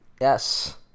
Yes